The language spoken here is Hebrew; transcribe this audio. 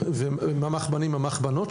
ממ"ח בנים וממ"ח בנות.